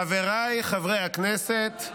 חבריי חברי הכנסת,